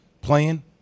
playing